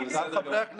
זה בסדר גמור.